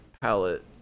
palette